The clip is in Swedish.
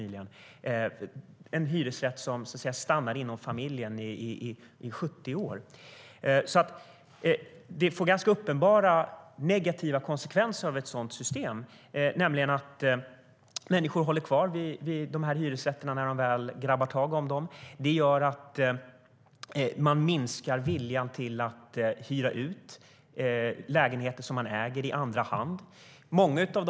Det är en hyresrätt som har stannat i familjen i 70 år. Ett sådant system får alltså ganska uppenbara negativa konsekvenser, nämligen att människor håller kvar dessa hyresrätter när de väl har grabbat tag i dem. Det gör att viljan att i andra hand hyra ut lägenheter som man äger minskar.